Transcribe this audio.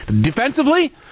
Defensively